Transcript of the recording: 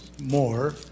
more